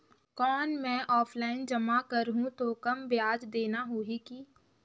कौन मैं ऑफलाइन जमा करहूं तो कम ब्याज देना होही की?